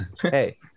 Hey